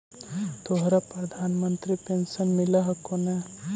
तोहरा प्रधानमंत्री पेन्शन मिल हको ने?